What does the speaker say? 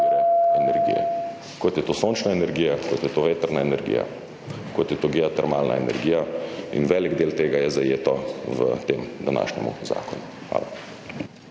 kot je to sončna energija, kot je to vetrna energija, kot je to geotermalna energija. In velik del tega je zajet v tem današnjem zakonu. Hvala.